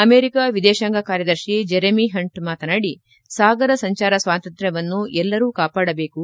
America ವಿದೇಶಾಂಗ ಕಾರ್ಯದರ್ಶಿ Jeremy Hunt ಮಾತನಾಡಿ ಸಾಗರ ಸಂಚಾರ ಸ್ವಾತಂತ್ರ್ಯವನ್ನು ಎಲ್ಲರೂ ಕಾಪಾಡಬೇಕು